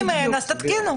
אם אין, תתקינו.